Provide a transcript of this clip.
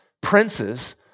princes